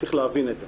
צריך להבין את זה.